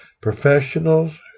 Professionals